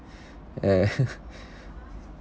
ya ya